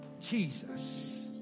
Jesus